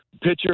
pitcher